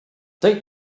they